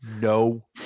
no